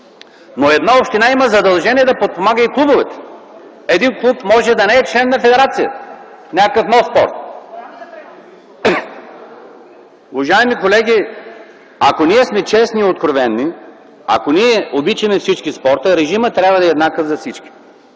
но една община има задължение да подпомага и клубовете. Един клуб може да не е член на федерацията – някакъв нов спорт. Уважаеми колеги, ако сме честни и откровени, ако обичаме всички спортове, режимът трябва да е еднакъв за всички.